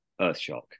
Earthshock